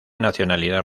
nacionalidad